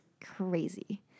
crazy